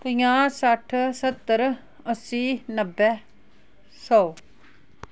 पंजाह् सट्ठ स्हत्तर अस्सी नब्बै सौ